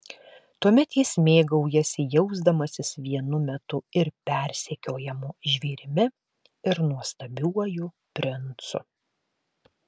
tuomet jis mėgaujasi jausdamasis vienu metu ir persekiojamu žvėrimi ir nuostabiuoju princu